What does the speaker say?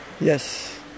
Yes